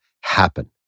happen